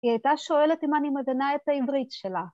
‫היא הייתה שואלת אם אני מבינה ‫את העברית שלה.